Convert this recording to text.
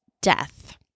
death